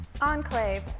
Enclave